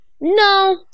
No